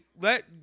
let